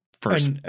first